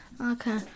Okay